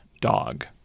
Dog